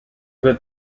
good